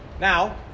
Now